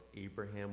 Abraham